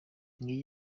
ngiyo